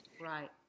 Right